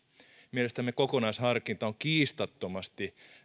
mielestämme kokonaisharkinta on kiistattomasti